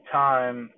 time